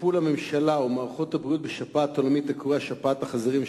טיפול הממשלה ומערכות הבריאות בשפעת העולמית הקרויה שפעת החזירים,